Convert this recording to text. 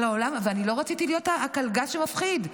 לא רציתי להיות הקלגס שמפחיד.